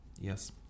yes